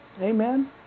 Amen